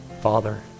Father